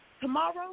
tomorrow